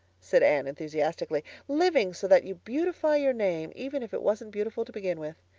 said anne enthusiastically. living so that you beautify your name, even if it wasn't beautiful to begin with.